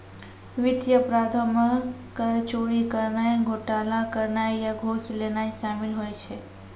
वित्तीय अपराधो मे कर चोरी करनाय, घोटाला करनाय या घूस लेनाय शामिल होय छै